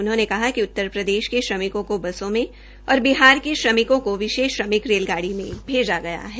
उन्होंने कहा कि उत्तरप्रदेश के श्रमिकों को बसों में और बिहार के श्रमिकों को विशेष श्रमिक रेलगाड़ी में भेजा गया है